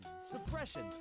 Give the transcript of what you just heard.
suppression